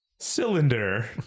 Cylinder